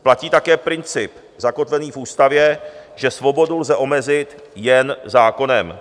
Platí také princip zakotvený v ústavě, že svobodu lze omezit jen zákonem.